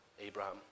Abraham